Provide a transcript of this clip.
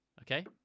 okay